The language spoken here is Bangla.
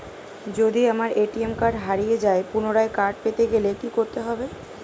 যদি আমার এ.টি.এম কার্ড হারিয়ে যায় পুনরায় কার্ড পেতে গেলে কি করতে হবে?